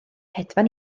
hedfan